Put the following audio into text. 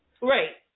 Right